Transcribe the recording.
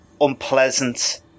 unpleasant